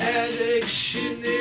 addiction